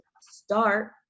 start